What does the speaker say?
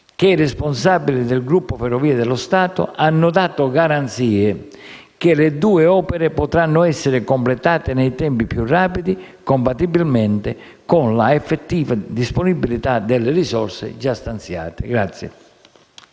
che i responsabili del gruppo Ferrovie dello Stato hanno dato garanzie che le due opere potranno essere completate nei tempi più rapidi, compatibilmente con l'effettiva disponibilità delle risorse già stanziate.